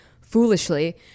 foolishly